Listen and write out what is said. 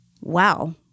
wow